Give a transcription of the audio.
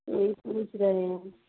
वही पूछ रहे हैं